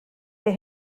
they